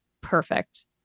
perfect